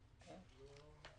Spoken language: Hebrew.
הוא גרם למצב